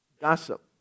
Gossip